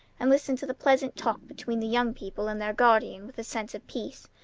and listened to the pleasant talk between the young people and their guardian with a sense of peace.